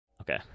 Okay